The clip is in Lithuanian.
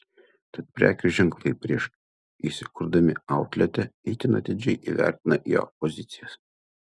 tad prekių ženklai prieš įsikurdami outlete itin atidžiai įvertina jo pozicijas